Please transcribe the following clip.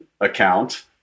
account